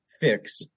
fix